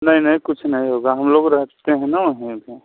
नहीं नहीं कुछ नहीं होगा हम लोग रहते हैं ना वहीं पर